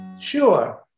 sure